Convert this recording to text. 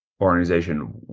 organization